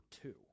two